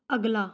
ਅਗਲਾ